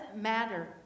matter